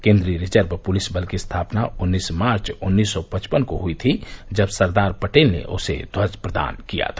केन्द्रीय reserve police बल की स्थापना उन्नीस मार्च उन्नीस सौ पचास को हुई थी जब सरदार पटेल ने उसे ध्वज प्रदान किया था